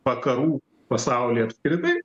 vakarų pasaulį apskritai